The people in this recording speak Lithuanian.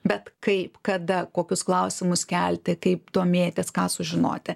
bet kaip kada kokius klausimus kelti kaip domėtis ką sužinoti